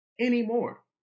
anymore